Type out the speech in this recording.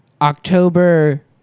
October